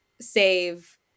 Save